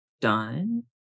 done